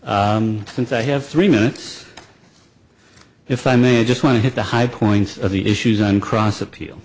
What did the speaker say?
since i have three minutes if i may just want to hit the high points of the issues on cross